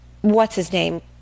what's-his-name